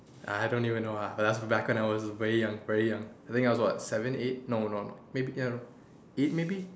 I don't even know lah but back when I was way young very young like I think I was about seven eight no no maybe I don't know eight maybe